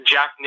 Jack